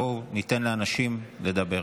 בואו ניתן לאנשים לדבר,